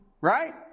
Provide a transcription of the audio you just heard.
right